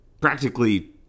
Practically